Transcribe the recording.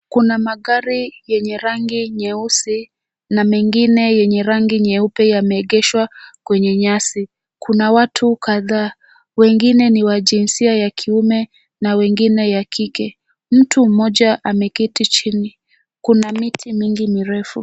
Kuna magari yenye rangi nyeusi na mengine yenye rangi nyeupe yameegeshwa kwenye nyasi. Kuna watu kadhaa; wengine ni wa jinsia ya kume na wengine ya kike. Mtu mmoja ameketi chini. Kuna miti mingi mirefu.